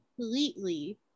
completely